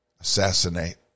assassinate